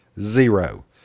Zero